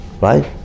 right